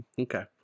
Okay